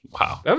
Wow